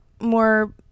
more